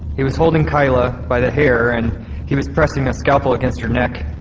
he was holding keila, by the hair, and he was pressing a scalpel against her neck.